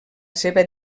seva